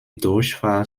durchfahrt